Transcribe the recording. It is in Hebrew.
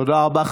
תודה רבה.